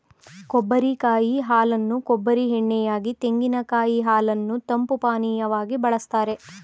ಕೊಬ್ಬರಿ ಕಾಯಿ ಹಾಲನ್ನು ಕೊಬ್ಬರಿ ಎಣ್ಣೆ ಯಾಗಿ, ತೆಂಗಿನಕಾಯಿ ಹಾಲನ್ನು ತಂಪು ಪಾನೀಯವಾಗಿ ಬಳ್ಸತ್ತರೆ